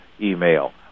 email